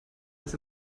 als